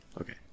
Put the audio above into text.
Okay